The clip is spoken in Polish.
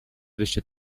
wyście